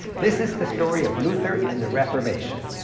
this is the story of luther and the reformation.